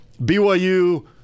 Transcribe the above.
BYU